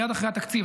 מייד אחרי התקציב,